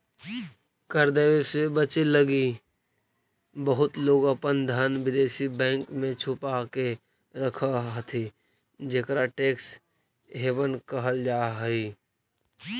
कर देवे से बचे लगी बहुत लोग अपन धन विदेशी बैंक में छुपा के रखऽ हथि जेकरा टैक्स हैवन कहल जा हई